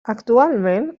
actualment